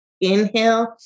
Inhale